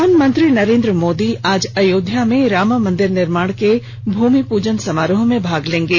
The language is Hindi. प्रधानमंत्री नरेन्द्र मोदी आज अयोध्या में राम मंदिर निर्माण के भूमि पूजन समारोह में भाग लेंगे